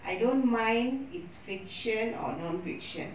I don't mind it's fiction or non fiction